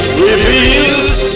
reveals